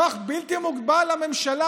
כוח בלתי מוגבל לממשלה.